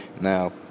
Now